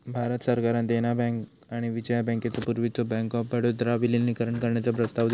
भारत सरकारान देना बँक आणि विजया बँकेचो पूर्वीच्यो बँक ऑफ बडोदात विलीनीकरण करण्याचो प्रस्ताव दिलान